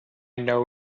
know